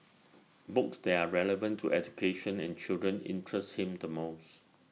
books that are relevant to education and children interest him the most